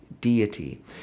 deity